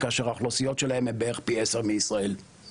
כאשר האוכלוסיות שלהן הן בערך פי עשרה מישראל.